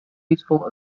useful